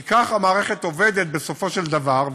כי ככה המערכת עובדת, בסופו של דבר.